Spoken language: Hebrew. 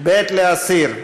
ב' להסיר.